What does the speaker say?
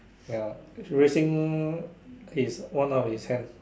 ya he is raising his one of his hands